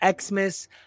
Xmas